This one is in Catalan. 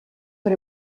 per